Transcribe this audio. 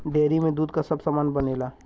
dairy में दूध क सब सामान बनेला